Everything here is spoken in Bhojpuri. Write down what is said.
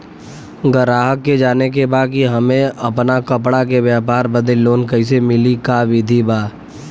गराहक के जाने के बा कि हमे अपना कपड़ा के व्यापार बदे लोन कैसे मिली का विधि बा?